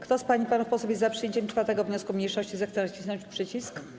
Kto z pań i panów posłów jest za przyjęciem 4. wniosku mniejszości, zechce nacisnąć przycisk.